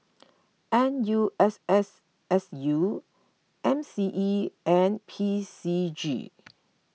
N U S S S U M C E and P C G